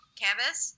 canvas